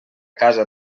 casa